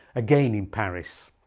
again in paris.